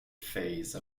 phase